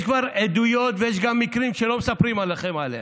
יש כבר עדויות ויש גם מקרים שלא מספרים לכם עליהם,